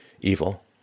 evil